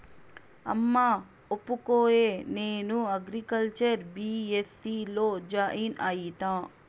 అమ్మా ఒప్పుకోయే, నేను అగ్రికల్చర్ బీ.ఎస్.సీ లో జాయిన్ అయితా